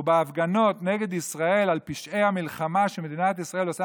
ובהפגנות נגד ישראל על פשעי המלחמה שמדינת ישראל עושה